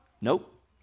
Nope